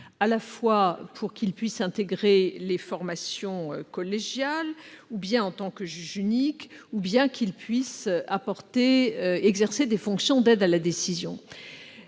à la fois pour qu'ils puissent intégrer les formations collégiales, ou bien en tant que juges uniques, ou bien pour qu'ils puissent exercer des fonctions d'aide à la décision.